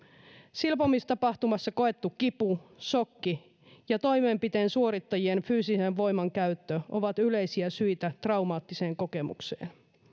silpomistapahtumassa koettu kipu sokki ja toimenpiteen suorittajien fyysinen voimankäyttö ovat yleisiä syitä traumaattiseen kokemukseen